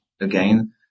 again